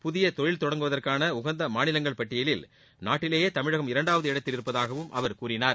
புதிய தொழில் தொடங்குவதற்கான உகந்த மாநிலங்கள் பட்டியலில் நாட்டிலேயே தமிழகம் இரண்டாவது இடத்தில் இருப்பதாகவும் அவர் கூறினார்